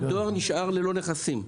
הדואר נשאר ללא נכסים.